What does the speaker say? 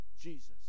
Jesus